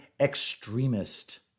extremist